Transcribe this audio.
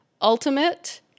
ultimate